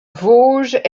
vosges